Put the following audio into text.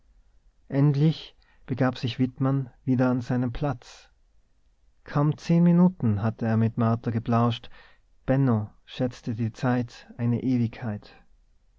endlich begab sich wittmann wieder an seinen platz kaum zehn minuten hatte er mit martha geplauscht benno schätzte die zeit eine ewigkeit